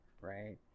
right